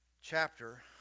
chapter